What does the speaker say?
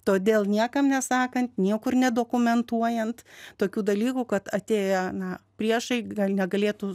todėl niekam nesakant niekur nedokumentuojant tokių dalykų kad atėję na priešai gal negalėtų